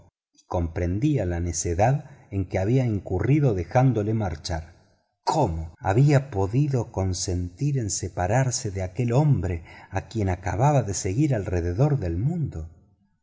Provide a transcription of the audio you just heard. comprendía la necedad en que había incurrido dejándolo marchar cómo había podido consentir en separarse de aquel hombre a quien acababa de seguir alrededor del mundo